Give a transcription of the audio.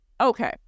okay